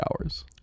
hours